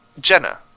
Jenna